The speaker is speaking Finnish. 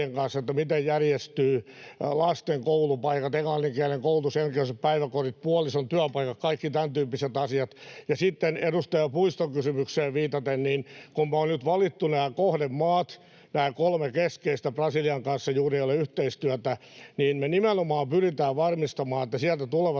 miten järjestyvät lasten koulupaikat, englanninkielinen koulutus ja englanninkieliset päiväkodit, puolison työpaikat, kaikki tämäntyyppiset asiat. Ja sitten edustaja Puiston kysymykseen viitaten: Kun me on nyt valittu nämä kohdemaat, nämä kolme keskeistä — Brasilian kanssa ei juuri ole yhteistyötä — niin me nimenomaan pyritään varmistamaan, että sieltä tulevat